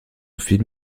film